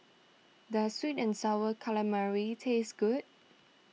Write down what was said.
does Sweet and Sour Calamari taste good